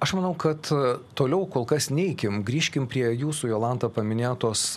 aš manau kad toliau kolkas neikim grįžkim prie jūsų jolanta paminėtos